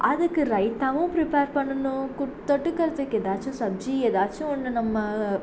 அதுக்கு ரைத்தாவும் ப்ரிப்பேர் பண்ணணும் கூட் தொட்டுக்கிறதுக்கு ஏதாச்சும் சப்ஜி ஏதாச்சும் ஒன்று நம்ம